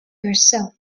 yourself